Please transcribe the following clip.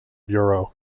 bureau